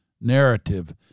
narrative